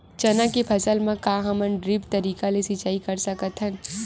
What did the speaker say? चना के फसल म का हमन ड्रिप तरीका ले सिचाई कर सकत हन?